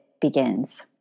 begins